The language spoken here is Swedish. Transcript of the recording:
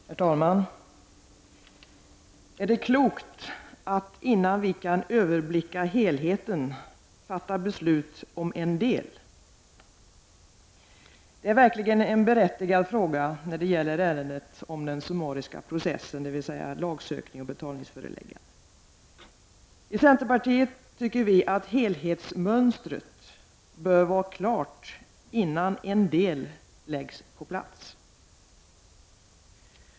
Herr talman! Är det klokt att fatta beslut om en del innan vi kan överblicka helheten? Det är verkligen en berättigad fråga när det gäller ärendet om den summariska processen, dvs. lagsökning och betalningsföreläggande. I centerpartiet tycker vi att helhetsmönstret bör vara klart innan en del läggs på plats.